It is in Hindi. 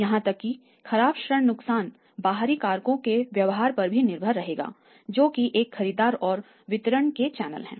यहां तक कि खराब ऋण नुकसान बाहरी कारकों के व्यवहार पर भी निर्भर करेगा जो कि एक खरीददार और वितरण के चैनल हैं